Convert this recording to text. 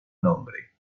nombre